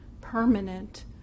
permanent